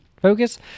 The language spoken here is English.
Focus